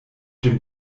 dem